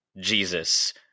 Jesus